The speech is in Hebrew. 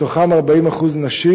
מתוכם 40% נשים.